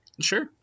Sure